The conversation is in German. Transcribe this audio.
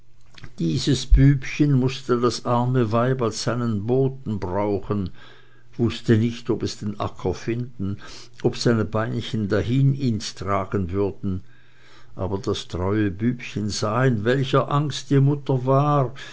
dieses bübchen mußte das arme weib als seinen boten brauchen wußte nicht ob es den acker finden ob seine beinchen dahin ihns tragen würden aber das treue bübchen sah in welcher angst die mutter war